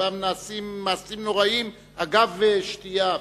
שבמסגרתם נעשים מעשים נוראים אגב שתייה.